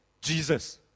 Jesus